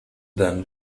then